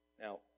Now